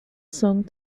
song